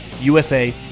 USA